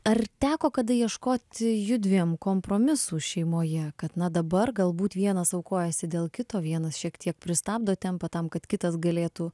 ar teko kada ieškoti judviem kompromisų šeimoje kad na dabar galbūt vienas aukojasi dėl kito vienas šiek tiek pristabdo tempą tam kad kitas galėtų